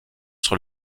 sur